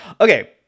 Okay